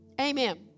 Amen